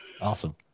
awesome